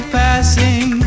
passing